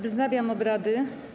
Wznawiam obrady.